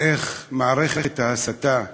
איך מערכת ההסתה המשומנת,